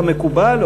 כמקובל,